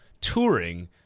touring